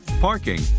parking